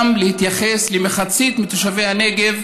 גם יתייחס למחצית מתושבי הנגב,